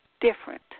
different